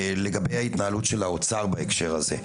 לגבי ההתנהלות של משרד האוצר בהקשר הזה.